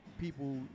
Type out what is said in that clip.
people